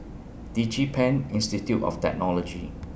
Digipen Institute of Technology